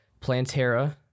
Plantera